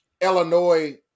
Illinois